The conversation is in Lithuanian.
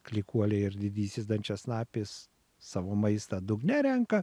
klykuolė ir didysis dančiasnapis savo maistą dugne renka